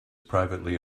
privately